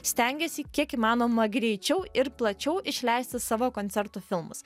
stengiasi kiek įmanoma greičiau ir plačiau išleisti savo koncertų filmus